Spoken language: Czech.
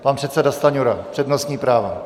Pan předseda Stanjura, přednostní právo.